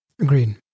Agreed